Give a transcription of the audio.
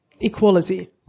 Equality